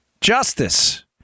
Justice